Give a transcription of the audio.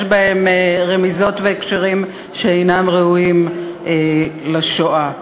בהם רמיזות והקשרים שאינם ראויים לשואה.